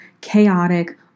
chaotic